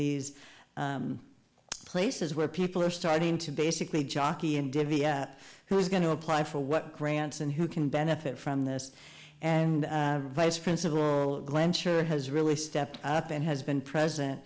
these places where people are starting to basically jockey and divvy up who's going to apply for what grants and who can benefit from this and vice principal blanchard has really stepped up and has been present